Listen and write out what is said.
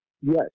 Yes